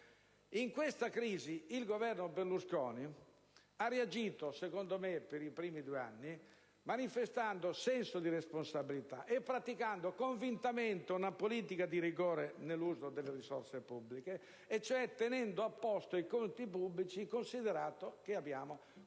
In questa situazione, il Governo Berlusconi ha reagito - a mio avviso - per i primi due anni manifestando senso di responsabilità e praticando convintamente una politica di rigore nell'uso delle risorse pubbliche, cioè tenendo a posto i conti pubblici, considerato che abbiamo questa